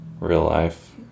real-life